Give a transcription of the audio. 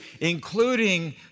including